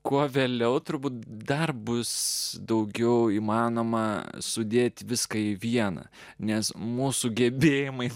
kuo vėliau turbūt dar bus daugiau įmanoma sudėti viską į vieną nes mūsų gebėjimai